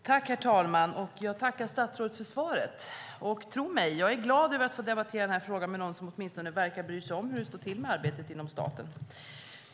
Herr talman! Jag tackar statsrådet för svaret, och tro mig, jag är glad över att få debattera denna fråga med någon som åtminstone verkar bry sig om hur det står till med arbetet inom staten.